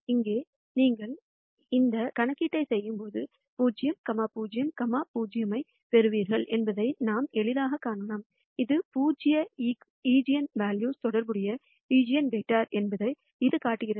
இங்கே நீங்கள் இந்த கணக்கீட்டைச் செய்யும்போது 0 0 0 ஐப் பெறுவீர்கள் என்பதை நாம் எளிதாகக் காணலாம் இது பூஜ்ஜிய ஈஜென்வெல்யூவுடன் தொடர்புடைய ஈஜென்வெக்டர் என்பதை இது காட்டுகிறது